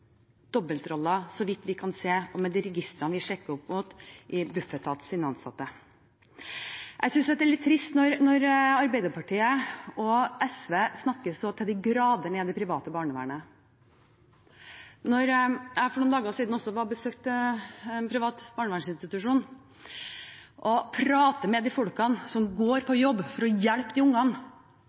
så vidt vi kan se i de registrene vi sjekker opp mot, blant Bufetats ansatte. Jeg synes det er litt trist når Arbeiderpartiet og SV så til de grader snakker ned det private barnevernet. Jeg var for noen dager siden og besøkte en privat barnevernsinstitusjon og pratet med de folkene som går på jobb for å hjelpe disse ungene.